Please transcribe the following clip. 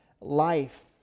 Life